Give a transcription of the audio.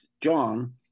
John